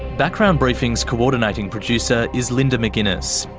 background briefing's co-ordinating producer is linda mcginness,